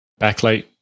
backlight